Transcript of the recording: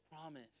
promise